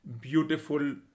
beautiful